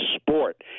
sport